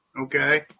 okay